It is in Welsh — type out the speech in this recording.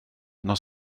nos